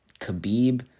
Khabib